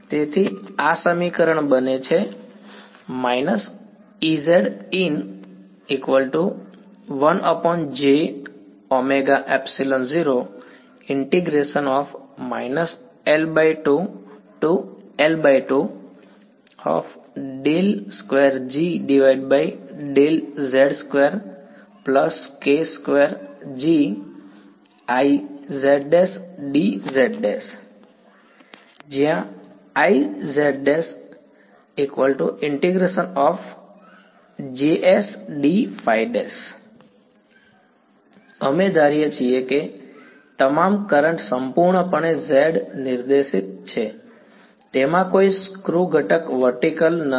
તેથી આ સમીકરણ પછી બને છે Iz′ ∮Jsdϕ′ અમે ધારીએ છીએ કે તમામ કરંટ સંપૂર્ણપણે z નિર્દેશિત છે તેમાં કોઈ સ્ક્રુ ઘટક વર્ટિકલ નથી